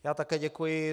Já také děkuji.